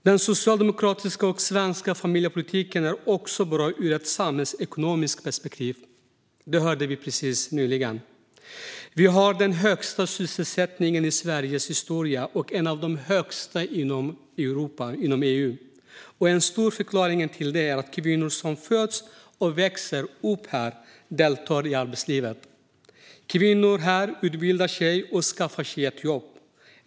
Den socialdemokratiska och svenska familjepolitiken är också bra ur ett samhällsekonomiskt perspektiv, vilket vi precis hörde. Vi har den högsta sysselsättningen i Sveriges historia och en av de högsta inom EU. En stor förklaring till detta är att kvinnor som föds och växer upp här deltar i arbetslivet. Kvinnor här utbildar sig och skaffar sig ett jobb.